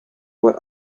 what